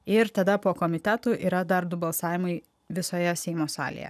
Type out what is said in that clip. ir tada po komitetų yra dar du balsavimai visoje seimo salėje